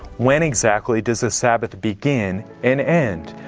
when exactly does the sabbath begin and end,